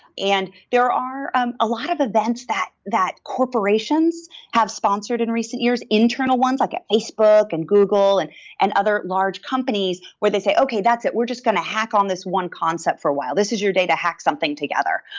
and there are um a lot of events that that corporations have sponsored in recent years, internal ones, like at facebook and google and and other large companies where they say, okay, that's it. we're just going to hack on this one concept for a while. this is your day to hack something together.